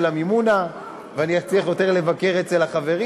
המימונה ואני אצליח יותר לבקר אצל החברים,